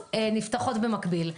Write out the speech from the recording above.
המערכות נפתחות במקביל,